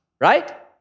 right